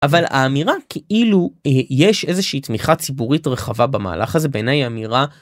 אבל האמירה כאילו יש איזושהי תמיכה ציבורית רחבה במהלך הזה בעיניי אמירה.